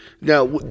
Now